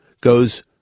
goes